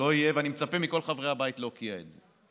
לא יהיה, ואני מצפה מכל חברי הבית להוקיע את זה.